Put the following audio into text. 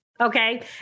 Okay